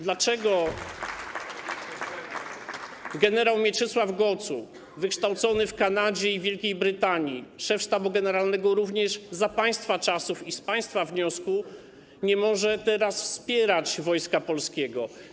Dlaczego gen. Mieczysław Gocuł, wykształcony w Kanadzie i Wielkiej Brytanii, szef Sztabu Generalnego również za państwa czasów i z państwa wniosku, nie może teraz wspierać Wojska Polskiego?